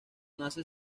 nace